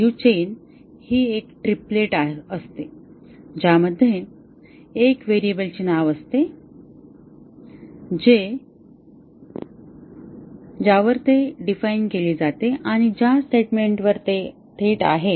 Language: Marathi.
डीयू चेन ही एक ट्रीपलेट असते ज्यामध्ये एका व्हेरिएबलचे नाव असते ज्यावर ते डिफाइन केले जाते आणि ज्या स्टेटमेंट वर ते थेट आहे